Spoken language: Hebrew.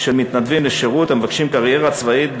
של מתנדבים לשירות המבקשים קריירה צבאית,